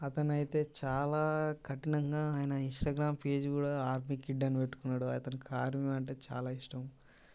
అతను అయితే చాలా కఠినంగా ఆయన ఇంస్టాగ్రామ్ పేజ్ కుడా ఆర్మీ కిడ్ అని పెట్టుకున్నాడు అతనికి ఆర్మీ అంటే చాలా ఇష్టం